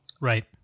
Right